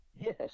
Yes